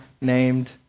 named